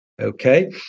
Okay